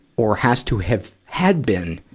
or has to have had been,